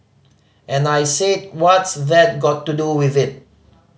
and I said what's that got to do with it